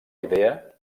idea